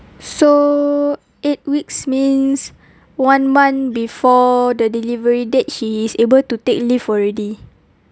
so eight weeks means one month before the delivery date she's able to take leave already